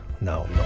no